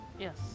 Yes